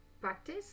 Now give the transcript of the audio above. Practice